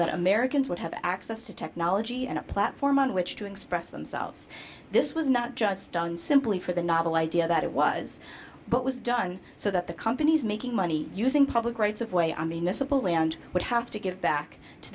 that americans would have access to technology and a platform on which to express themselves this was not just done simply for the novel idea that it was but was done so that the companies making money using public rights of way i mean a simple land would have to give back to